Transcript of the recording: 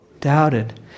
Doubted